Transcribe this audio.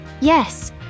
Yes